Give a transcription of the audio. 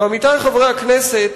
ועמיתי חברי הכנסת,